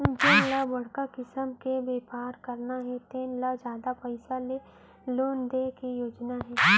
जेन ल बड़का किसम के बेपार करना हे तेन ल जादा पइसा के लोन दे के योजना हे